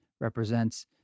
represents